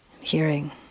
hearing